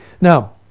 Now